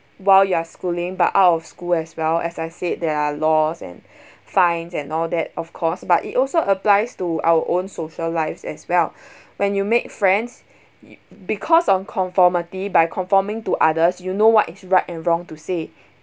while your schooling but out of school as well as I said there are laws and fines and all that of course but it also applies to our own social lives as well when you make friends y~ because of conformity by conforming to others you know what is right and wrong to say